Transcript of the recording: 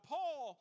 Paul